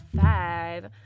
five